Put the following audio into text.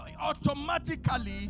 automatically